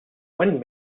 when